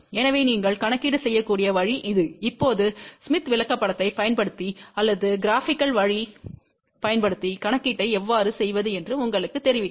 எனவே நீங்கள் கணக்கீடு செய்யக்கூடிய வழி இது இப்போது ஸ்மித் விளக்கப்படத்தைப் பயன்படுத்தி அல்லது க்ராபிகள் வழி பயன்படுத்தி கணக்கீட்டை எவ்வாறு செய்வது என்று உங்களுக்குத் தெரிவிக்கும்